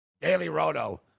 DailyRoto